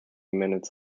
minutes